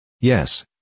Yes